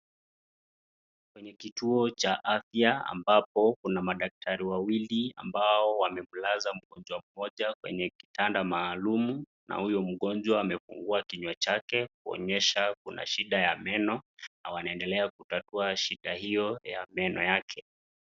Kwenye kituo cha afya ambapo kuna madaktari wawili ambao wamemlaza mgonjwa mmoja kwenye kitanda maalumu, na huyo mgonjwa amefungua kinywa chake kuonyesha kuna shida ya meno, na wanendelea kutatua shida hio ya meno yake.